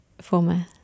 former